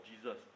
jesus